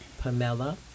Pamela